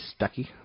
Stuckey